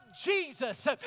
Jesus